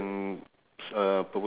ya